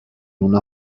una